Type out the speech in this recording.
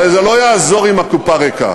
הרי זה לא יעזור אם הקופה ריקה.